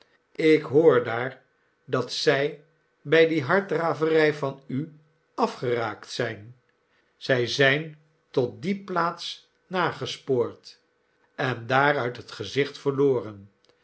ik hoor daar dat zij bij die harddraverij van u afgeraakt zijn zij zijn tot die plaats nagespoord en daar uit het gezicht verloren